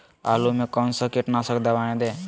आलू में कौन सा कीटनाशक दवाएं दे?